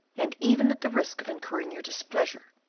and even at the risk of incurring your displeasure,